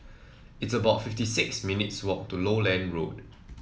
it's about fifty six minutes' walk to Lowland Road